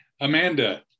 Amanda